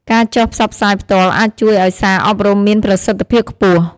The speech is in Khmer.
ការចុះផ្សព្វផ្សាយផ្ទាល់អាចជួយឱ្យសារអប់រំមានប្រសិទ្ធភាពខ្ពស់។